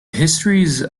histories